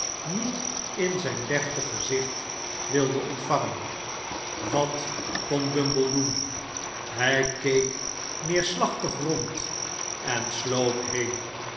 niet in zijn deftig gezicht wilde ontvangen bumble wordt diep vernederd wat kon bumble doen hij keek neerslachtig rond en sloop heen